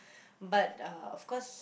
but uh of course